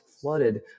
flooded